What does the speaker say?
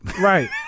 Right